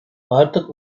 artık